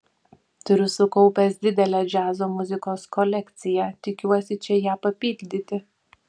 turiu sukaupęs didelę džiazo muzikos kolekciją tikiuosi čia ją papildyti